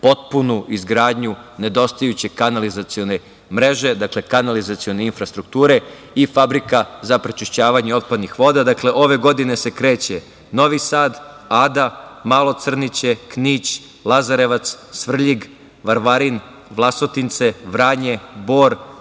potpunu izgradnju nedostajuće kanalizacione mreže, dakle kanalizacione infrastrukture, i fabrika za prečišćavanje otpadnih voda. Dakle, ove godine se kreće: Novi Sad, Ada, Malo Crniće, Knić, Lazarevac, Svrljig, Varvarin, Vlasotince, Vranje, Bor,